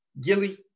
Gilly